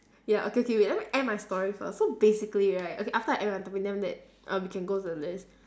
ya okay K wait let me end my story first so basically right okay after I end my topic then after that uh we can go to the list